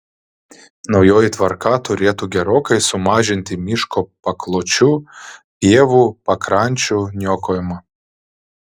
naujoji tvarka turėtų gerokai sumažinti miško pakločių pievų pakrančių niokojimą